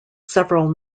several